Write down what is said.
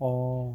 orh